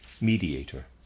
mediator